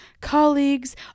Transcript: colleagues